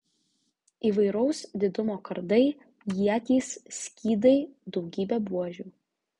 įvairaus didumo kardai ietys skydai daugybė buožių